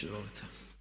Izvolite.